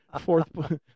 Fourth